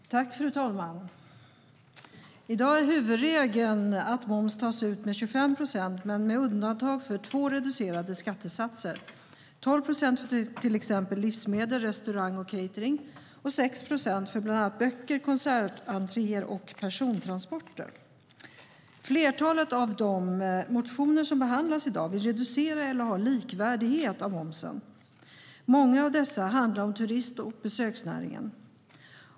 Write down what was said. Fru talman! I dag är huvudregeln att moms tas ut med 25 procent, men med undantag för två reducerade skattesatser: 12 procent för till exempel livsmedel, restaurang och catering och 6 procent för bland annat böcker, konsertentréer och persontransporter. I flertalet av de motioner som behandlas i betänkandet vill man reducera eller ha likvärdighet av momsen. Många av dessa motioner handlar om turist och besöksnäringen.